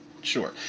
sure